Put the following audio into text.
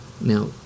Now